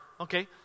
Okay